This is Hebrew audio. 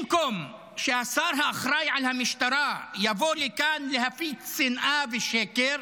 במקום שהשר האחראי על המשטרה יבוא לכאן להפיץ שנאה ושקר,